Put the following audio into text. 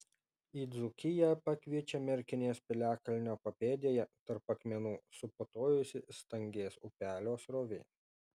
į dzūkiją pakviečia merkinės piliakalnio papėdėje tarp akmenų suputojusi stangės upelio srovė